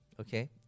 Okay